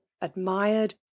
admired